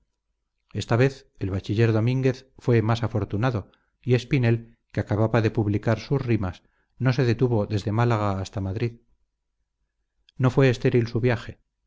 esta vez el bachiller domínguez fue más afortunado y espinel que acababa de publicar sus rimas no se detuvo desde málaga hasta madrid no fue estéril su viaje